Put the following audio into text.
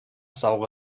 saure